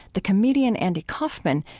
the comedian andy kaufman,